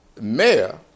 mayor